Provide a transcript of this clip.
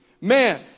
Man